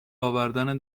آوردن